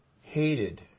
hated